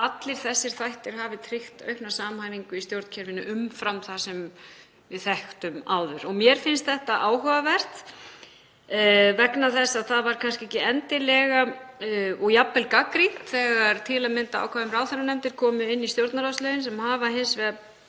Allir þessir þættir hafi tryggt aukna samhæfingu í stjórnkerfinu umfram það sem við þekktum áður. Mér finnst þetta áhugavert vegna þess að það var jafnvel gagnrýnt þegar til að mynda ákvæði um ráðherranefndir komu inn í stjórnarráðslögin. Þau hafa hins vegar